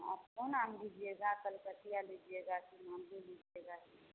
आप कौन आम लीजिएगा कलकतिया लीजिएगा कि बाम्बे लीजिएगा